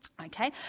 Okay